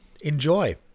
Enjoy